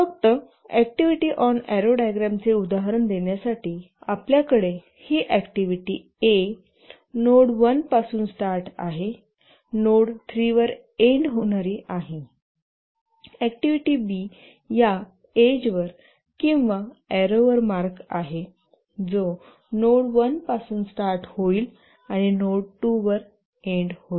फक्त activity on arrow डायग्रामचे उदाहरण देण्यासाठी आपल्याकडे ही अॅक्टिव्हिटी A नोड 1 पासून स्टार्ट आहे नोड 3 वर एन्ड होणारी आहे ऍक्टिव्हिटी B या एजवर किंवा एरोवर मार्क आहे जो नोड 1 पासून स्टार्ट होईल आणि नोड 2 वर एन्ड होईल